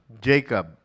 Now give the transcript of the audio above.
Jacob